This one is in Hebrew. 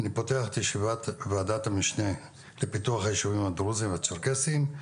אני פותח את ישיבת ועדת המשנה לפיתוח הישובים הדרוזים והצ'רקסיים.